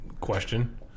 question